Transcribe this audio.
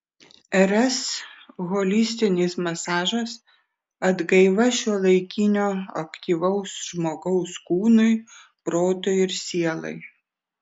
rs holistinis masažas atgaiva šiuolaikinio aktyvaus žmogaus kūnui protui ir sielai